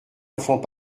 enfants